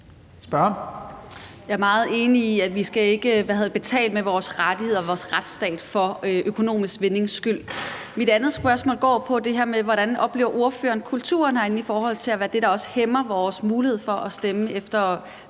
Jeg er meget enig i, at vi ikke skal betale med vores rettigheder og vores retsstat for økonomisk vindings skyld. Mit andet spørgsmål går på det her med, hvordan ordføreren oplever kulturen herinde, i forhold til om det er den, der også hæmmer vores mulighed for, at vi som medlemmer